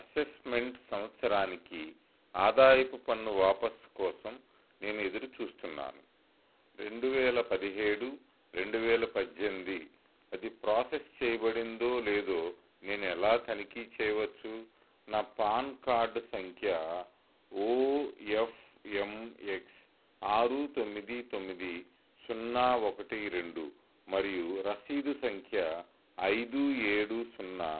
assessment సంవత్సరానికి ఆదాయపు పన్ను వాపసు కోసం నేను ఎదురుచూస్తున్నాను రెండు వేల పదిహేడు రెండు వేల పద్దెనిమిది అది ప్రాసెస్ చేయబడిందో లేదో నేను ఎలా తనిఖీ చేయవచ్చు నా పాన్ కార్డు సంఖ్య ఓఎఫ్ఏంఎక్స్ ఆరు తొమ్మిది తొమ్మిది సున్నా ఒకటి రెండు మరియు రసీదు సంఖ్య ఐదు ఏడు సున్నా